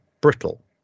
brittle